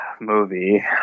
movie